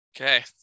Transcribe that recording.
Okay